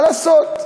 מה לעשות.